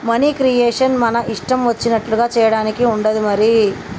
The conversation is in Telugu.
మనీ క్రియేషన్ మన ఇష్టం వచ్చినట్లుగా చేయడానికి ఉండదు మరి